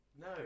No